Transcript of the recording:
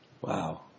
Wow